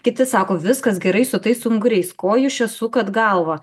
kiti sako viskas gerai su tais unguriais ko jūs čia sukat galvą